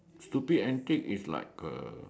stupid antic is like A